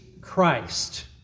Christ